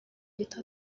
gito